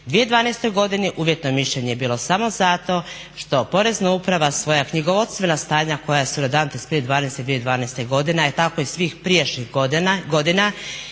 2012. godini uvjetno je mišljenje bilo samo zato što porezna uprava svoja knjigovodstvena stanja koja su na dan 31. 12. 2012. godine a tako i svih prijašnjih godina